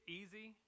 easy